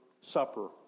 supper